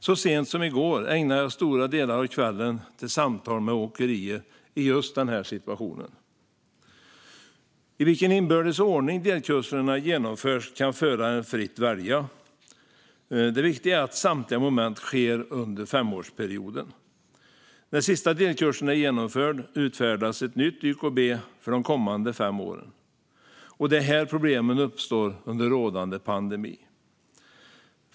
Så sent som i går ägnade jag stora delar av kvällen åt samtal med åkerier i just denna situation. I vilken inbördes ordning delkurserna genomförs kan föraren fritt välja; det viktiga är att samtliga moment sker under femårsperioden. När den sista delkursen är genomförd utfärdas ett nytt YKB för de kommande fem åren. Det är här problemen uppstår under rådande pandemi.